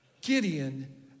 Gideon